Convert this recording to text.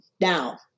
Now